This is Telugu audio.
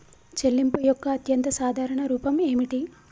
చెల్లింపు యొక్క అత్యంత సాధారణ రూపం ఏమిటి?